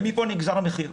מכאן נגזר המחיר.